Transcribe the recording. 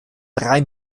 drei